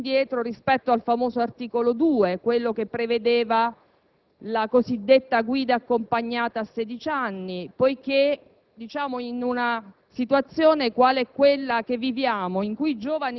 Ritengo importante, ad esempio, essere tornati indietro rispetto al famoso articolo 2, che prevedeva la cosiddetta guida accompagnata a sedici anni, poiché